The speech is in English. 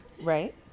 Right